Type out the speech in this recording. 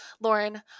Lauren